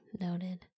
Noted